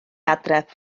adref